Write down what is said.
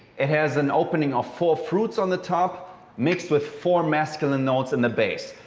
it has an opening of four fruits on the top mixed with four masculine notes in the base.